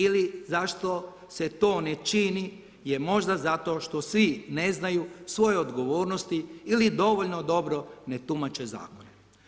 Ili zašto se to ne čini je možda zato što svi ne znaju svoje odgovornosti ili dovoljno dobro ne tumače zakona.